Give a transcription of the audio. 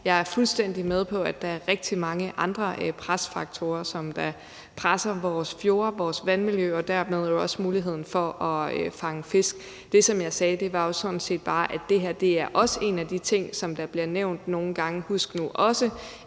Jeg er fuldstændig med på, at der er rigtig mange andre faktorer, som presser vores fjorde og vores vandmiljø og dermed også muligheden for at fange fisk. Det, som jeg sagde, var jo sådan set bare, at det her også er en af de ting, som nogle gange bliver nævnt nogle gange, altså husk nu også